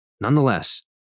Nonetheless